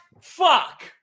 Fuck